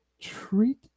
Treat